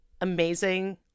amazing